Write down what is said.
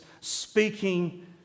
speaking